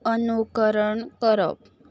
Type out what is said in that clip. अनुकरण करप